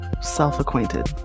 self-acquainted